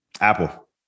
Apple